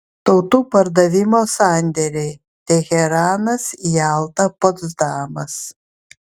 tautų pardavimo sandėriai teheranas jalta potsdamas